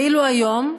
ואילו היום,